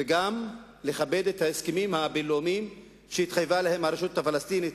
וגם לכבד את ההסכמים הבין-לאומיים שהתחייבה להם הרשות הפלסטינית,